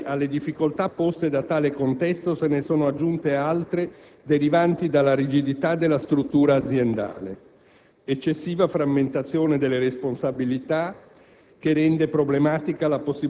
Nel caso della RAI, alle difficoltà poste da tale contesto se ne sono aggiunte altre derivanti dalla rigidità della struttura aziendale: eccessiva frammentazione delle responsabilità,